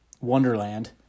Wonderland